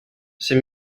c’est